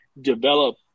develop